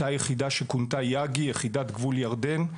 אותה יחידה שכונתה יג״י, יחידת גבול ירדן.